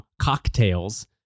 cocktails